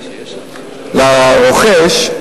לרוכש,